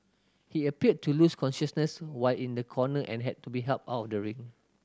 he appeared to lose consciousness while in a corner and had to be helped out of the ring